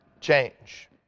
change